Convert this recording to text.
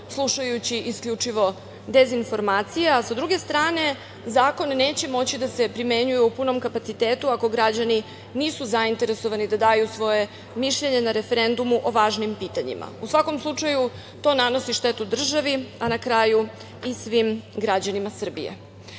slušajući isključivo dezinformacije. Sa druge strane, zakon neće moći da se primenjuje u punom kapacitetu ako građani nisu zainteresovani da daju svoje mišljenje na referendumu o važnim pitanjima. U svakom slučaju, to nanosi štetu državi, a na kraju i svim građanima Srbije. Stvara